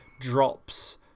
drops